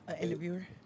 interviewer